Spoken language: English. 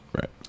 Right